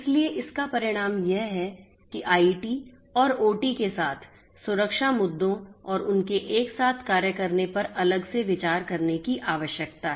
इसलिए इसका परिणाम यह है कि आईटी और ओटी के साथ सुरक्षा मुद्दों और उनके एक साथ कार्य करने पर पर अलग से विचार करने की आवश्यकता है